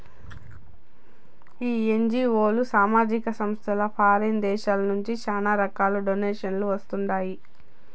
ఈ ఎన్జీఓలు, సామాజిక సంస్థలకు ఫారిన్ దేశాల నుంచి శానా రకాలుగా డొనేషన్లు వస్తండాయి